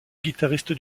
guitariste